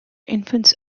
infants